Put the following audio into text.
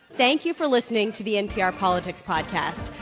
thank you for listening to the npr politics podcast.